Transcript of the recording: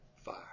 fire